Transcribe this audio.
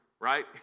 right